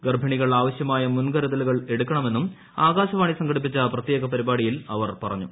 ഗർഭിണികൾ ആവശ്യമായ മുൻകരുതൽ എടുക്കണമെന്നും ആകാശവാണി സംഘടിപ്പിച്ച പ്രത്യേക പരിപാടിയിൽ അവർ പറഞ്ഞു